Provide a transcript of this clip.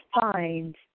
find